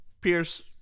Pierce